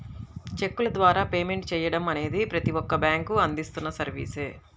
చెక్కుల ద్వారా పేమెంట్ చెయ్యడం అనేది ప్రతి ఒక్క బ్యేంకూ అందిస్తున్న సర్వీసే